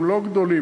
הם לא גדולים,